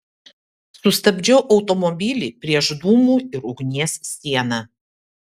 sustabdžiau automobilį prieš dūmų ir ugnies sieną